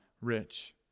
rich